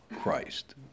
Christ